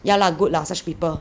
ya lah good lah such people